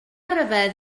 ryfedd